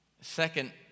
Second